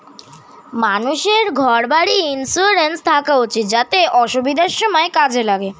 মানুষের ঘর বাড়ির ইন্সুরেন্স থাকা উচিত যাতে অসুবিধার সময়ে কাজে লাগে